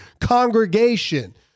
congregation